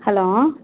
hello